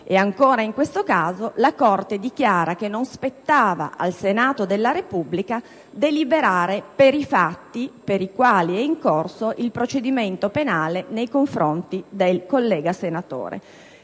E ancora, in questo caso, la Corte dichiara che non spettava al Senato della Repubblica deliberare per i fatti per i quali è in corso il procedimento penale nei confronti del collega senatore.